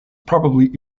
probably